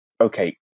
okay